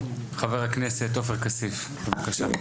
חבר הכנסת עופר כסיף בבקשה.